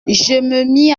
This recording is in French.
mis